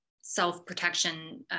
self-protection